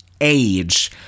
age